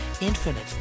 infinite